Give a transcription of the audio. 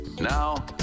Now